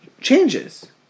Changes